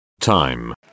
time